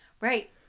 Right